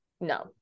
No